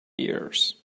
years